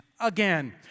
again